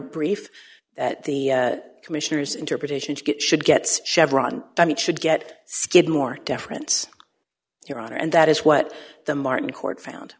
brief that the commissioners interpretations get should get chevron i mean should get skidmore deference your honor and that is what the martin court found